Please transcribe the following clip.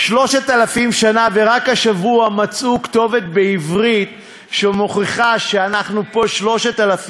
ורק השבוע מצאו כתובת בעברית שמוכיחה שאנחנו פה 3,000 שנה,